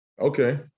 Okay